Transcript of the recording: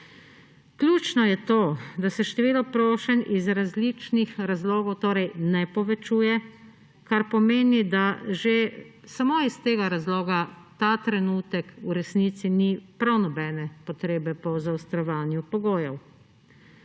Ključno je to, da se število prošenj iz različnih razlogov torej ne povečuje, kar pomeni, da že samo iz tega razloga ta trenutek v resnici ni prav nobene potrebe po zaostrovanju pogojev.